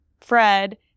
Fred